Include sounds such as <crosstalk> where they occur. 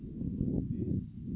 <breath>